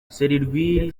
serwiri